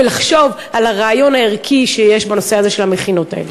ולחשוב על הרעיון הערכי בנושא הזה של המכינות האלה.